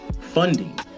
funding